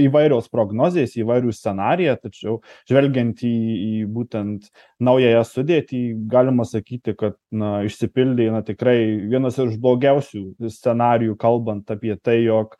įvairios prognozės įvairūs scenarijai tačiau žvelgiant į į būtent naująją sudėtį galima sakyti kad na išsipildė na tikrai vienas iš blogiausių scenarijų kalbant apie tai jog